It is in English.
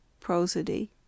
Prosody